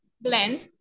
blends